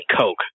Coke